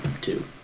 two